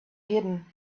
hidden